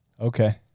Okay